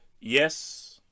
yes